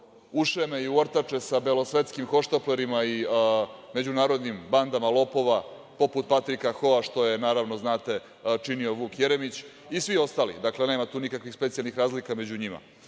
ušeme i uortače sa belosvetskim hohštaplerima i međunarodnim bandama lopova, poput Patrika Houa, što je, naravno znate, činio Vuk Jeremić i svi ostali, nema tu nikakvih specijalnih razlika među njima. Mi